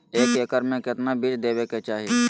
एक एकड़ मे केतना बीज देवे के चाहि?